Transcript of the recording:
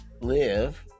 live